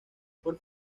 por